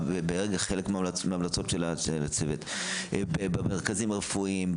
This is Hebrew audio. וחלק מהמלצות של הצוות במרכזים הרפואיים,